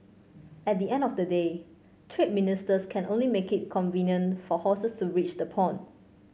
at the end of the day trade ministers can only make it convenient for horses to reach the pond